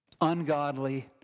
ungodly